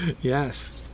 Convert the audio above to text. Yes